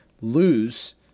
lose